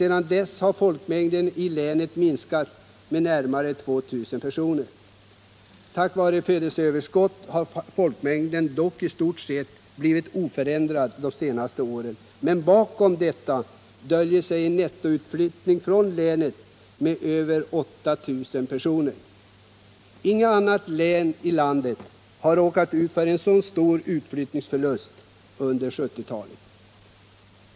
Sedan dess har folkmängden i länet minskat med närmare 2000 personer. Tack vare höga födelseöverskott har folkmängden dock i stort sett blivit oförändrad de senaste åren. Men bakom detta döljer sig en nettoutflyttning från länet av över 8 000 personer. Inget annat län i landet har råkat ut för en så stor utflyttningsförlust under 1970-talet.